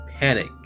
panic